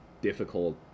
difficult